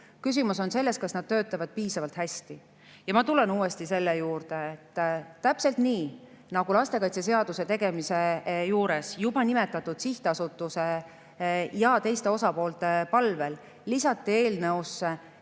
küsimus on selles, kas nad töötavad piisavalt hästi. Ma tulen uuesti selle juurde, et täpselt nii nagu lastekaitseseaduse tegemise juures juba nimetatud sihtasutuse ja teiste osapoolte palvel lisati eelnõusse